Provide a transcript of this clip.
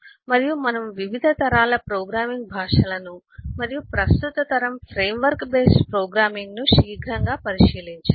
మరియు మనము వివిధ తరాల ప్రోగ్రామింగ్ భాషలను మరియు ప్రస్తుత తరం ఫ్రేమ్వర్క్ బేస్డ్ ప్రోగ్రామింగ్ ను శీఘ్రంగా పరిశీలించాము